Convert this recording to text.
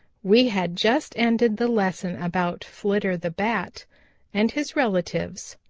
we had just ended the lesson about flitter the bat and his relatives,